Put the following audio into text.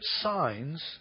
signs